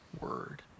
word